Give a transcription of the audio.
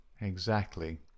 Exactly